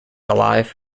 alive